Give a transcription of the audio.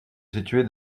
située